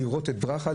לראות את ברכה,